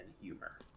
humor